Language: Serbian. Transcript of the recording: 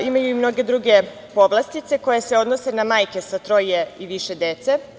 Imaju i mnoge druge povlastice koje se odnose na majke sa troje i više dece.